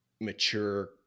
mature